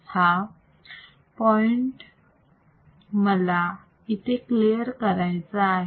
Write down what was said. हा पॉईंट मला इथे क्लिअर करायचा आहे